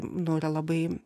nu yra labai